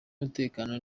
y’umutekano